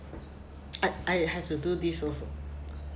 I I have to do this also